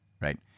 right